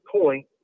point